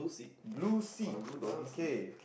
blue seat okay